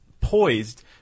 poised